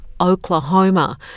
Oklahoma